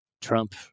Trump